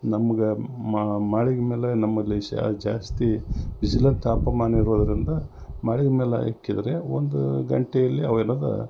ನಮ್ಗೆ ಮಾಳಿಗೆ ಮ್ಯಾಲೆ ನಮ್ಮಲ್ಲಿ ಶಾಖ ಜಾಸ್ತಿ ಬಿಸಿಲು ತಾಪಮಾನ ಇರೋದ್ರಿಂದ ಮಾಳಿಗೆ ಮ್ಯಾಲೆ ಹಾಕಿದ್ರೆ ಒಂದೂ ಗಂಟೆಯಲ್ಲಿ ಅವೆಲ್ಲದು